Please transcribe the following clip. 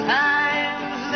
times